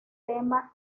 tema